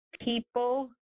people